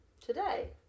Today